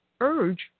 urge